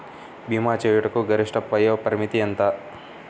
భీమా చేయుటకు గరిష్ట వయోపరిమితి ఎంత?